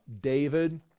David